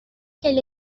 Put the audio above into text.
qu’elle